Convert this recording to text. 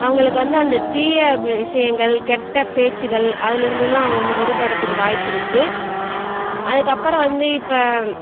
அவங்களுக்கு வந்து அந்த தீய விஷயங்கள் கெட்ட பேச்சுக்கள் அதிலிருந்தெலாம் அவங்க வந்து விடுபடுறதுக்கு வாய்ப்பு இருக்குது அதுக்கு அப்பறம் வந்து இப்போ